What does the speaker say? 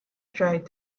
tried